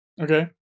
Okay